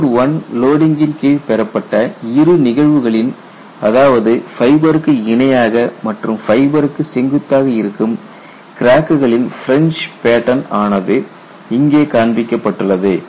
mode I லோடிங்கின் கீழ் பெறப்பட்ட இரு நிகழ்வுகளின் அதாவது ஃபைபருக்கு இணையாக மற்றும் ஃபைபருக்கு செங்குத்தாக இருக்கும் கிராக்குகளின் பிரின்ஜ் பேட்டன் ஆனது இங்கே காண்பிக்கப்பட்டுள்ளது